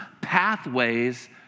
pathways